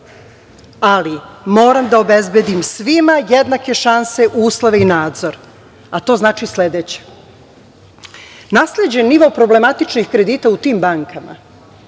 ali moram da obezbedim svima jednake šanse, uslove i nadzor.A to znači sledeće, nasleđen nivo problematičnih kredita u tim bankama,